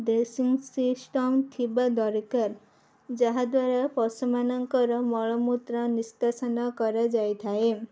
dressing system ଥିବା ଦରକାର ଯାହାଦ୍ୱାରା ପଶୁମାନଙ୍କର ମଳମୂତ୍ର ନିଷ୍କାସନ କରାଯାଇଥାଏ